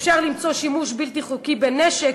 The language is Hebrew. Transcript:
אפשר למצוא שימוש בלתי חוקי בנשק,